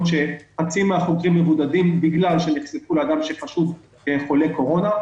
בהם חצי מהחוקרים מבודדים בגלל שנחשפו לאחד שחשוד כחולה קורונה.